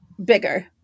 Bigger